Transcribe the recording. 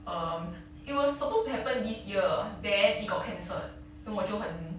um it was supposed to happen this year there it got cancelled then 我就很